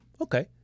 Okay